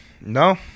No